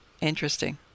Interesting